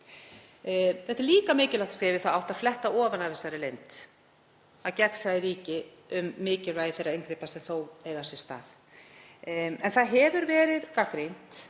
Þetta er líka mikilvægt skref í þá átt að fletta ofan af þessari leynd, að gagnsæi ríki um mikilvægi þeirra inngripa sem þó eiga sér stað. Það hefur verið gagnrýnt